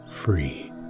free